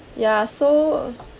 ya so